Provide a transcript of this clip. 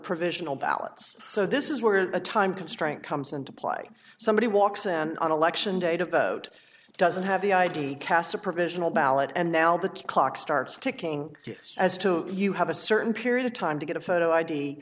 provisional ballots so this is where a time constraint comes into play somebody walks then on election day to vote doesn't have the id cast a provisional ballot and now the clock starts ticking as to you have a certain period of time to get a photo i